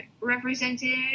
represented